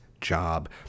job